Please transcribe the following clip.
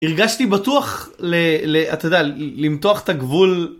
הרגשתי בטוח למתוח, אתה יודע, למתוח את הגבול..